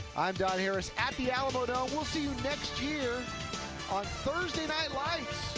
i'm don harris, at the alamodome, we'll see you next year on thursday night lights.